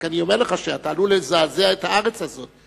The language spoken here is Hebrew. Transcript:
רק אני אומר לך שאתה עלול לזעזע את הארץ הזאת,